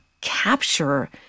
capture